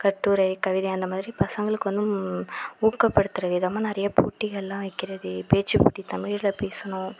கட்டுரை கவிதை அந்தமாதிரி பசங்களுக்கு வந்து ஊக்கப்படுத்துகிற விதமாக நிறைய போட்டிகள்லாம் வைக்கிறது பேச்சு போட்டி தமிழில் பேசணும்